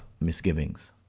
misgivings